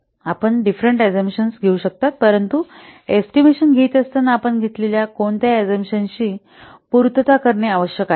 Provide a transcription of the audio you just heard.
आपण different assumptions घेऊ शकता परंतु एस्टिमेशन घेत असताना आपण घेतलेल्या कोणत्याही आझमशन्स ची पूर्तता करणे आवश्यक आहे